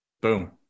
Boom